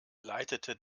leitete